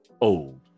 old